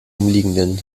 umliegenden